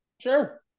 Sure